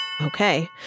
Okay